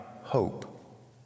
hope